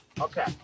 Okay